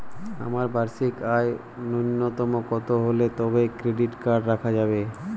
আমার বার্ষিক আয় ন্যুনতম কত হলে তবেই ক্রেডিট কার্ড রাখা যাবে?